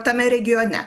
tame regione